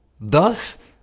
Thus